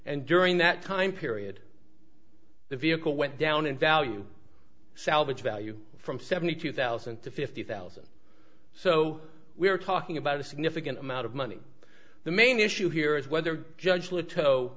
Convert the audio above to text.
and during that time period the vehicle went down in value salvage value from seventy two thousand to fifty thousand so we are talking about a significant amount of money the main issue here is whether judge